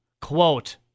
Quote